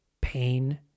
pain